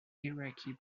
iraqi